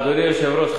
אדוני היושב-ראש,